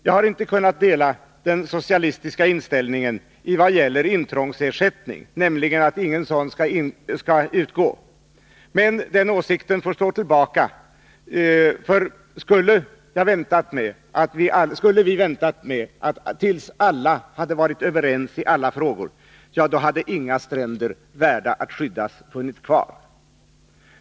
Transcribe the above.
Jag har inte kunnat dela den socialistiska inställningen att ingen intrångsersättning skall utgå. Men den åsikten får stå tillbaka, för skulle vi ha väntat tills alla hade varit överens i alla frågor, ja, då hade inga stränder värda att skyddas funnits kvar.